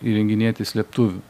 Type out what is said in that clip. įrenginėti slėptuvių